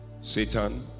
Satan